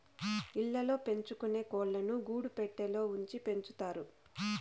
ఇళ్ళ ల్లో పెంచుకొనే కోళ్ళను గూడు పెట్టలో ఉంచి పెంచుతారు